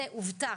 זה הובטח,